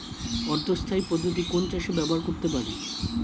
অর্ধ স্থায়ী পদ্ধতি কোন চাষে ব্যবহার করতে পারি?